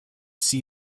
see